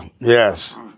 Yes